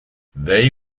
they